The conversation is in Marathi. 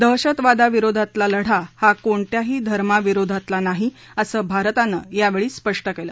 दहशतवादाविरोधातला लढा हा कोणत्याही धर्माविरोधातला नाही असं भारतानं यावेळी स्पष्ट केलं